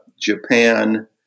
Japan